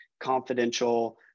confidential